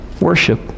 worship